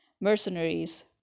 mercenaries